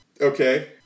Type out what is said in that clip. Okay